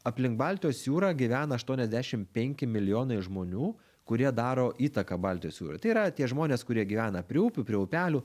aplink baltijos jūrą gyvena aštuoniasdešim penki milijonai žmonių kurie daro įtaką baltijos jūrai tai yra tie žmonės kurie gyvena prie upių prie upelių